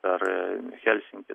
per helsinkį